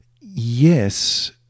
Yes